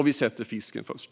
Vi sätter fisken först.